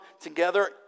together